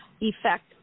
effect